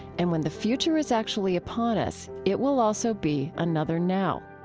and when the future is actually upon us, it will also be another now